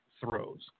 throws